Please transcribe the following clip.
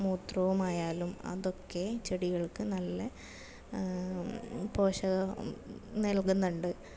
മൂത്രവും ആയാലും അതൊക്കെ ചെടികൾക്ക് നല്ല പോഷകം നൽകുന്നുണ്ട്